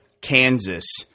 Kansas